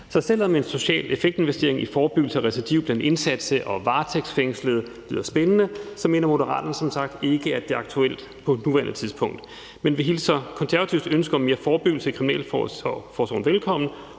Så selv om en social effekt-investering i forebyggelse af recidiv blandt indsatte og varetægtsfængslede lyder spændende, mener Moderaterne som sagt ikke, at det er aktuelt på nuværende tidspunkt. Men vi hilser Konservatives ønske om mere forebyggelse i kriminalforsorgen velkommen